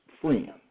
friend